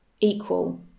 equal